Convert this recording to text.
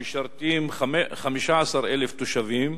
המשרתים 15,000 תושבים,